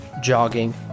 jogging